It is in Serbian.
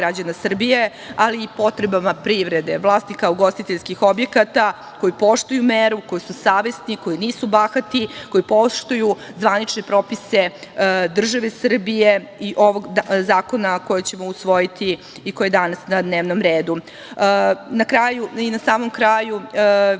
ali i potrebama privrede, vlasnika ugostiteljskih objekata koji poštuju meru, koji su savesni, koji nisu bahati, koji poštuju zvanične propise države Srbije i ovog zakona koji ćemo usvojiti i koji je danas na dnevnom redu. Na samom kraju